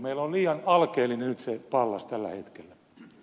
meillä on liian alkeellinen nyt se pallas tällä hetkellä